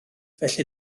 felly